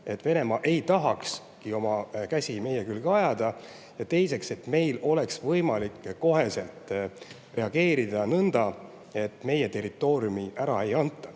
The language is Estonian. et Venemaa ei tahakski oma käsi meie külge panna, ja teiseks, et meil oleks võimalik koheselt reageerida nõnda, et meie territooriumi ära ei anta.